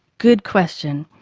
good question.